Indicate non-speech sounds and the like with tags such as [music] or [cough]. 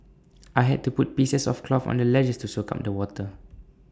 [noise] I had to put pieces of cloth on the ledges to soak up the water